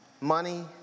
Money